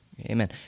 Amen